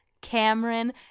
Cameron